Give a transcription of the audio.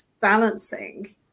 balancing